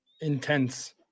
intense